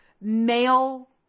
male